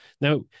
Now